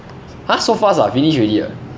!huh! so fast ah finish already ah